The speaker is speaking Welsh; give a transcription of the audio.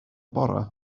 bore